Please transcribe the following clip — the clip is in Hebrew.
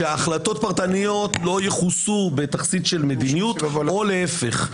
כשהחלטות פרטניות לא יכוסו בתכסית של מדיניות או להפך.